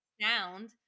sound